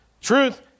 truth